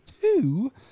Two